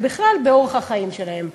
ובכלל באורח החיים שלהם.